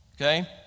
Okay